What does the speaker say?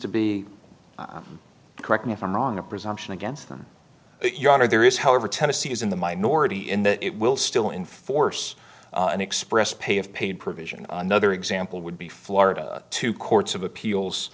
to be correct me if i'm wrong a presumption against your honor there is however tennessee is in the minority in that it will still in force an express pay of pain provision another example would be florida two courts of appeals